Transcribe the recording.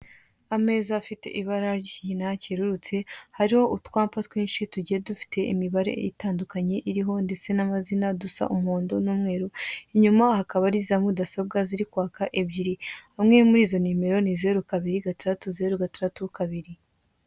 Ameza afite ibara ry'ikigina kererutse hariho utwapa twinshi tugiye dufite imibare itandukanye iriho ndetse n'amazina dusa umuhondo n'umweru, inyuma hakaba hari za mudasobwa ziri kwaka ebyiri. Imwe muri izo nimero ni zeru kabiri gatandatu zeru gatandatu kabiri.